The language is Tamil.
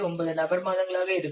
9 நபர் மாதங்களாக இருக்கும்